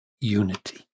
unity